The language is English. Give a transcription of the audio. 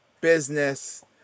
business